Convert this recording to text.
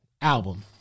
album